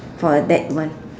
for that one